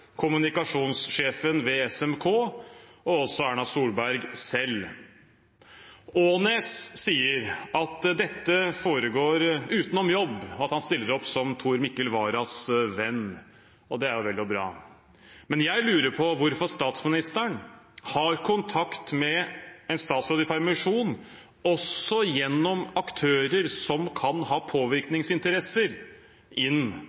kommunikasjonssjefen ved SMK og også Erna Solberg selv. Aanes sier at dette foregår utenom jobb, og at han stiller opp som Tor Mikkel Waras venn – og det er vel og bra. Men jeg lurer på hvorfor statsministeren har kontakt med en statsråd i permisjon, og også gjennom aktører som kan ha påvirkningsinteresser inn